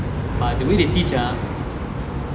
but the way they teach ah